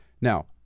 Now